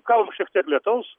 gal šiek tiek lietaus